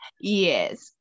Yes